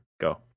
go